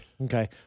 Okay